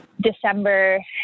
december